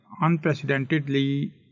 unprecedentedly